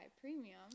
Premium